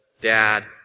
dad